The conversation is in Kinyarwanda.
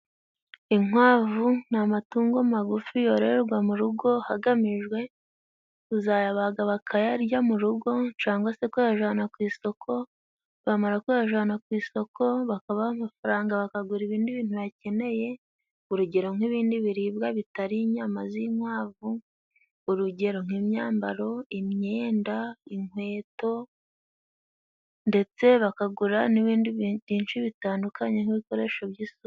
Inkwavu ni amatungo magufi yororerwa mu rugo hagamijwe kuzayabaga bakayarya mu rugo cangwa se kuyajana ku isoko bamara kuyajana ku isoko bakabaha amafaranga bakagura ibindi bintu bakeneye urugero nk'ibindi biribwa bitari inyama z'inkwavu urugero nk'imyambaro, imyenda, inkweto ndetse bakagura n'ibindi byinshi bitandukanye nk'ibikoresho by'isuku.